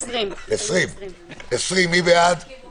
הסתייגות מס' 15. מי בעד ההסתייגות?